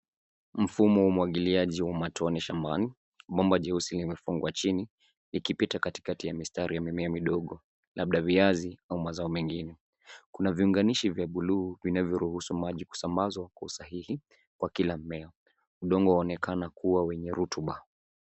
Mfumo wa umwagiliaji wa matone shambani. Bomba jeusi limefungwa chini likipita katikati ya mistari ya mimea midogo labda viazi au mazao mengine. Kuna viunganishi vya buluu vinavyoruhusu maji kusambazwa kwa usahihi kwa kila mmea. Udongo unaonekana kuwa wenye rutuba.